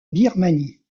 birmanie